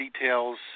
details